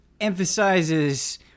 emphasizes